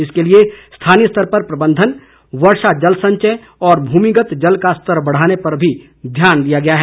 इसके लिए स्थानीय स्तर पर प्रबंधन वर्षा जल संचय और भूमिगत जल का स्तर बढ़ाने पर भी ध्यान दिया गया है